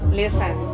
listen